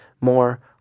more